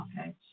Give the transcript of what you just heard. Okay